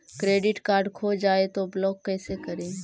Credit card खो जाए तो ब्लॉक कैसे करी?